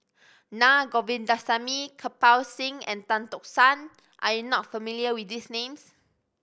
Na Govindasamy Kirpal Singh and Tan Tock San are you not familiar with these names